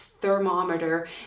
thermometer